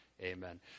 Amen